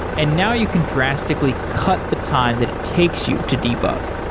and now you can drastically cut the time that it takes you to debug.